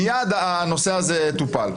מיד הנושא הזה טופל.